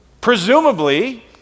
Presumably